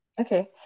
Okay